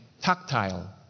tactile